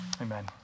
Amen